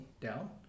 down